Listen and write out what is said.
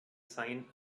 sign